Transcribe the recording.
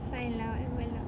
fine lah whatever lah